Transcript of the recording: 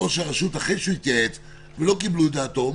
שראש הרשות התייעץ ולא קיבלו את דעתו.